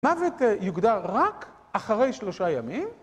מוות יוגדר רק אחרי שלושה ימים